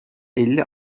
elli